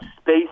space